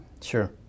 Sure